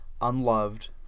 unloved